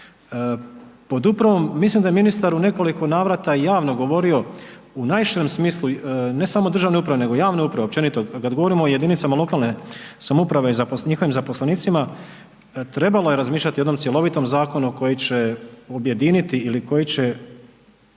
pod upravom mislim da je ministar u nekoliko navrata javno govorio u najširem smislu ne samo državne uprave, nego javne uprave općenito kad govorimo o jedinicama lokalne samouprave i njihovim zaposlenicima trebalo je razmišljati o jednom cjelovitom zakonu koji će objediniti ili koji će